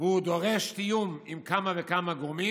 והוא דורש תיאום עם כמה וכמה גורמים,